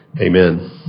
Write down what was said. Amen